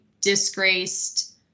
disgraced